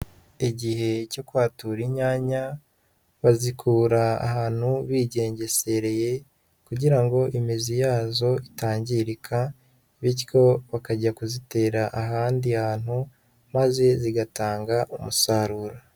Igihe cyo kwatura inyanya, bazikura ahantu bigengesereye kugira ngo imizi yazo itangirika bityo bakajya kuzitera ahandi hantu, maze zigatanga umusaruro.